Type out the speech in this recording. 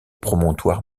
promontoire